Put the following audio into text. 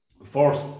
first